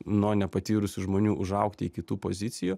nuo nepatyrusių žmonių užaugti iki tų pozicijų